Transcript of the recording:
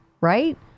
right